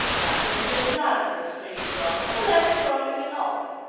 that will be another three kronen, eleven kronen in all.